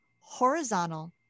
horizontal